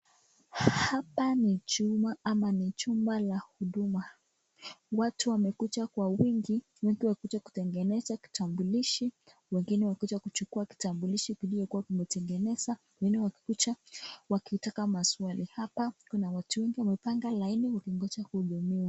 Hapa ni chumba ama jumba la huduma. Watu wamekuja kwa wingi wengi wakija kutengeneza kitambulishi, wengine wakikuja kuchukua vitambulishi kiliyokuwa wametengeneza, wengine wakikuja wakitaka maswali. Hapa kuna watu wengi wamepanga laini wakingoja kuhudumiwa.